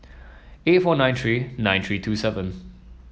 eight four nine three nine three two seven